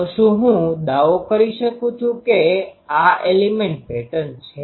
તો શું હું દાવો કરી શકું કે આ એલિમેન્ટ પેટર્ન છે